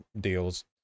deals